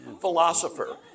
philosopher